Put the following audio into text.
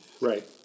Right